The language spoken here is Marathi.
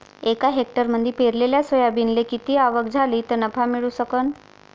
एका हेक्टरमंदी पेरलेल्या सोयाबीनले किती आवक झाली तं नफा मिळू शकन?